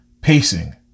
Pacing